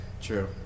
True